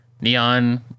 Neon